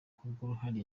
kubw’uruhare